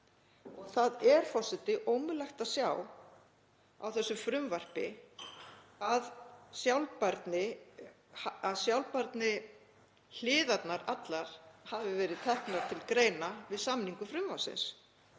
Það er, forseti, ómögulegt að sjá á þessu frumvarpi að sjálfbærnihliðarnar allar hafi verið teknar til greina við samningu frumvarpsins,